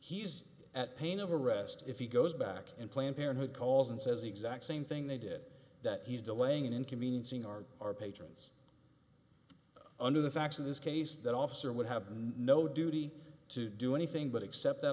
he's at pain of arrest if he goes back and planned parenthood calls and says the exact same thing they did that he's delaying in inconveniencing our our patrons under the facts of this case that officer would have no duty to do anything but accept that